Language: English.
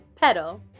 Petal